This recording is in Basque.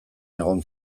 egon